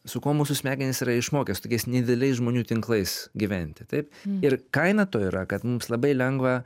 su kuo mūsų smegenys yra išmokę su tokiais nedideliais žmonių tinklais gyventi taip ir kaina to yra kad mums labai lengva